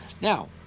Now